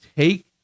Take